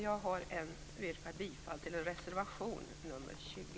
Jag yrkar bifall till reservation nr 20.